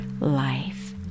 life